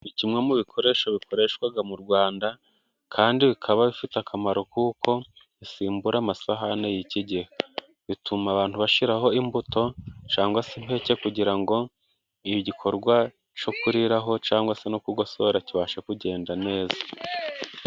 Kimwe mu bikoresho bikoreshwa mu rwanda kandi bikaba bifite akamaro kuko bisimbura amasahane y'iki gihe. Bituma abantu bashiraho imbuto cg se impekeke kugira ngo igikorwa cyo kuriraho cyangwa se no kugosora kibashe kugenda neza.